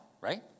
right